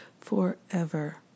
forever